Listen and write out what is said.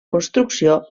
construcció